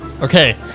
Okay